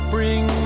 Bring